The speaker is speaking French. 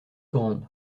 grande